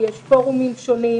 יש פורומים שונים